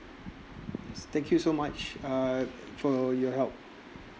thank you so much uh for your help